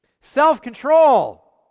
Self-control